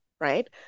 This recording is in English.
right